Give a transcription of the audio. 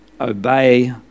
obey